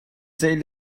ceih